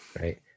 right